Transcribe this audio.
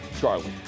Charlie